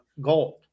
gold